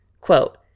quote